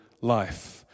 life